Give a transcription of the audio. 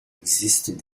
existent